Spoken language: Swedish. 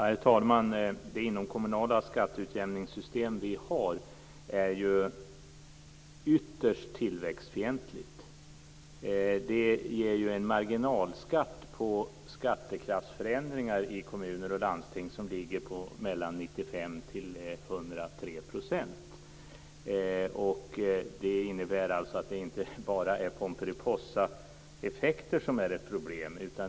Herr talman! Det inomkommunala skatteutjämningssystem vi har är ytterst tillväxtfientligt. Det ger en marginalskatt på skattekraftsförändringar i kommuner och landsting som ligger på mellan 95 % och 103 %. Det innebär att det inte bara är pomperipossaeffekterna som är problemet.